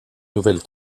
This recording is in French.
nouvelle